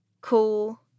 Cool